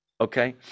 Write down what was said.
okay